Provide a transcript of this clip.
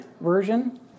version